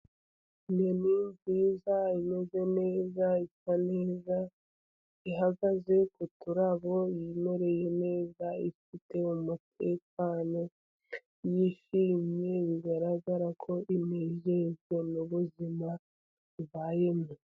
Inyoni nziza imeze neza isa neza, ihagaze ku turabo yimereye neza ifite umutekano yishimye, bigaragara ko inezezwa n'ubuzima ibayemo.